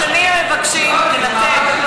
שנים הם מבקשים לנתק,